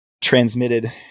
transmitted